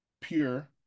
pure